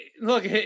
Look